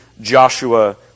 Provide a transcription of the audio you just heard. Joshua